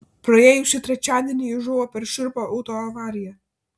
praėjusį trečiadienį ji žuvo per šiurpią autoavariją